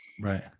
right